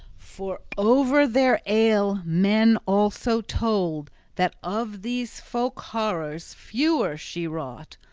for over their ale men also told that of these folk-horrors fewer she wrought,